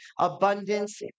abundance